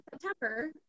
September